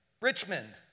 Richmond